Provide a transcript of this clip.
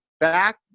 back